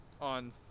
on